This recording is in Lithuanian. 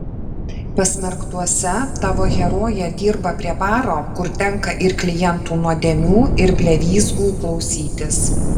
pasmerktuose tavo herojė dirba prie baro kur tenka ir klientų nuodėmių ir blevyzgų klausytis